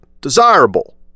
desirable